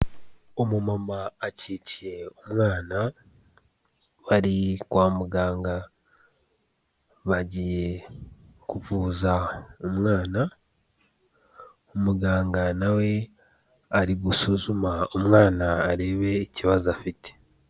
Umumama akikiye umwana, bari kwa muganga bagiye kuvuza umwana, umuganga na we ari gusuzuma umwana arebe ikibazo afite.